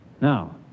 Now